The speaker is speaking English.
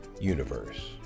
Universe